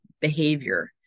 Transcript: behavior